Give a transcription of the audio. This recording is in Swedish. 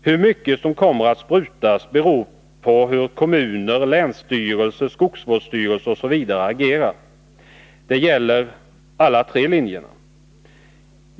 Hur mycket som kommer att sprutas beror på hur kommuner, länsstyrelser, skogsvårdsstyrelser osv. agerar. Det gäller alla tre linjerna.